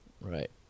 Right